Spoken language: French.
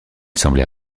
semblait